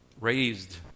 raised